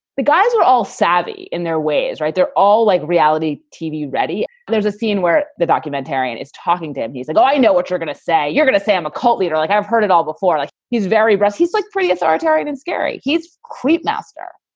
the guys are all savvy in their ways. right. they're all like reality tv. ready? there's a scene where the documentarian is talking to him. he's like, oh, i know what you're going to say. you're going to say, i'm a cult leader. like i i've heard it all before. like he's very rare. he's like pretty authoritarian and scary. he's a creep master.